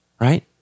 right